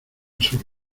sus